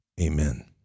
Amen